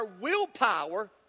willpower